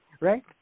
right